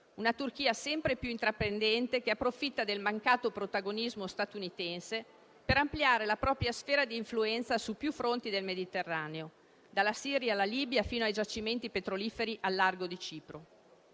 una Turchia sempre più intraprendente che approfitta del mancato protagonismo statunitense per ampliare la propria sfera di influenza su più fronti del Mediterraneo, dalla Siria alla Libia, fino ai giacimenti petroliferi al largo di Cipro;